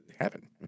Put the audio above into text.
heaven